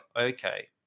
okay